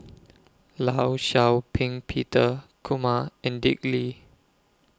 law Shau Ping Peter Kumar and Dick Lee